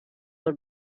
her